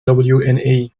wna